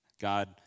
God